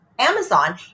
Amazon